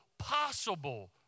Possible